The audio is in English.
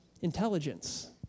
intelligence